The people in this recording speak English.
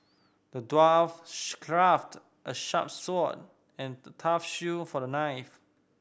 the dwarf crafted a sharp sword and tough shield for the knight